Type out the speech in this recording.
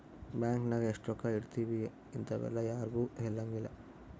bank ನಾಗ ಎಷ್ಟ ರೊಕ್ಕ ಇಟ್ತೀವಿ ಇಂತವೆಲ್ಲ ಯಾರ್ಗು ಹೆಲಂಗಿಲ್ಲ